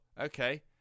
okay